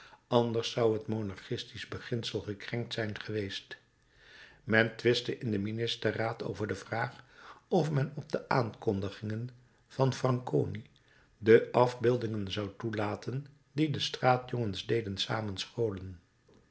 anders zou het monarchisch beginsel gekrenkt zijn geweest men twistte in den ministerraad over de vraag of men op de aankondigingen van franconi de afbeeldingen zou toelaten die de straatjongens deden